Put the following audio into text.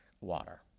water